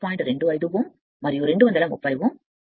25 Ω మరియు 230Ω